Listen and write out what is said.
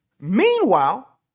Meanwhile